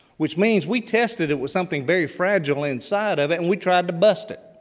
which means we tested it with something very fragile inside of it, and we tried to bust it.